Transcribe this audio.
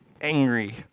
angry